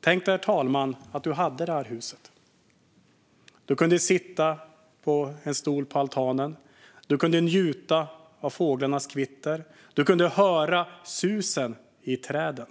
Tänk dig, herr talman, att du hade ett hus där du kunde sitta på altanen och njuta av fåglarnas kvitter och höra suset i träden!